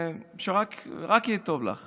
ושרק יהיה לך טוב.